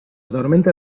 tormenta